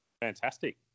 Fantastic